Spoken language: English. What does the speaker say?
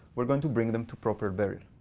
we're going to bring them to proper burial.